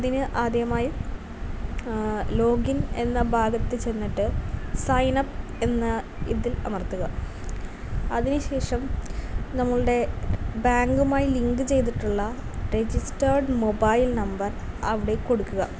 അതിന് ആദ്യമായി ലോഗിൻ എന്ന ഭാഗത്തിൽ ചെന്നിട്ട് സൈൻ അപ്പ് എന്ന ഇതിൽ അമർത്തുക അതിന് ശേഷം നമ്മളുടെ ബാങ്കുമായി ലിങ്ക് ചെയ്തിട്ടുള്ള രെജിസ്റ്റേർഡ് മൊബൈൽ നമ്പർ അവിടെ കൊടുക്കുക